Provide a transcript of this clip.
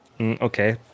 okay